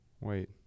Wait